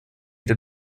that